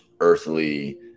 earthly